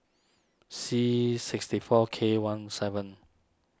C sixty four K one seven